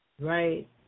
Right